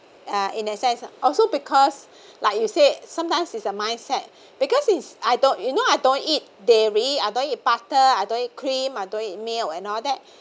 uh in a sense lah also because like you said sometimes is a mindset because is I don't you know I don't eat dairy I don't eat butter I don't eat cream I don't eat milk and all that